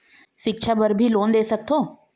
सिक्छा बर भी लोन ले सकथों?